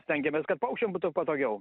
stengiamės kad paukščiam būtų patogiau